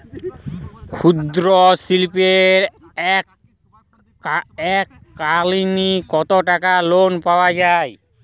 ক্ষুদ্রশিল্পের এককালিন কতটাকা লোন পাওয়া য়ায়?